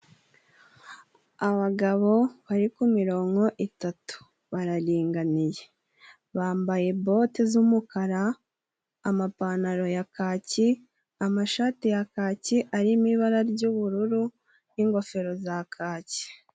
Abagabo bari ku mironko itatu bararinganiye . Bambaye bote z'umukara , amapantaro ya kaki , amashati ya kaki arimo ibara ry'ubururu n'ingofero za kaki.